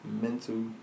mental